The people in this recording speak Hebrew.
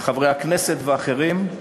חברי הכנסת ואחרים,